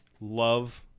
love